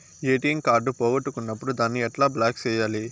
ATM card పోగొట్టుకున్నప్పుడు దాన్ని ఎట్లా బ్లాక్ సేయాలి